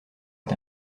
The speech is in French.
est